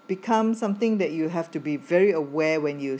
become something that you have to be very aware when you